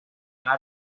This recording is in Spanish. tira